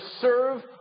serve